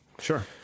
Sure